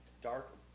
dark